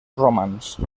romans